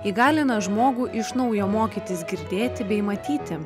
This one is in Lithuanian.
įgalina žmogų iš naujo mokytis girdėti bei matyti